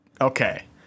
Okay